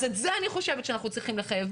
את זה אני חושבת שאנחנו צריכים לחייב.